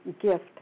gift